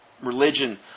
religion